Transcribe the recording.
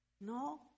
No